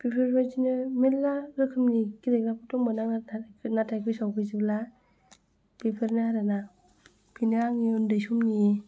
बेफोरबायदिनो मेल्ला रोखोमनि गेलेग्राफोर दंमोन आरो नाथाय बैसोआ गैला जेब्ला बेफोरनो आरो ना बेफोरनो आंनि उन्दै समनि